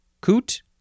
coot